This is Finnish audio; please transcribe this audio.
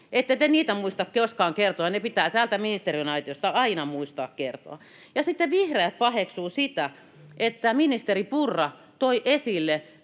Ette te niitä muista koskaan kertoa, ne pitää täältä ministeriaitiosta aina muistaa kertoa. Ja sitten vihreät paheksuu sitä, että ministeri Purra toi esille